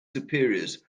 superiors